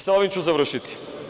Sa ovim ću završiti.